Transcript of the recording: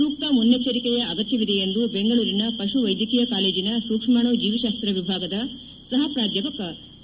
ಸೂಕ್ತ ಮುನ್ನೆಚ್ಚರಿಕೆಯ ಅಗತ್ಯವಿದೆ ಎಂದು ಬೆಂಗಳೂರಿನ ಪಶು ವೈದ್ಯಕೀಯ ಕಾಲೇಜಿನ ಸೂಕ್ಷ್ಮಾಣು ಜೀವಿಶಾಸ್ತ್ರ ವಿಭಾಗದ ಸಹ ಪ್ರಾಧ್ಯಾಪಕ ಬಿ